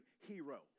hero